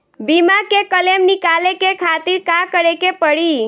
बीमा के क्लेम निकाले के खातिर का करे के पड़ी?